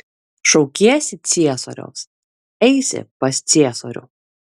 šaukiesi ciesoriaus eisi pas ciesorių